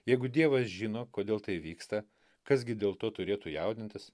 jeigu dievas žino kodėl tai vyksta kas gi dėl to turėtų jaudintis